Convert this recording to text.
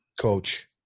coach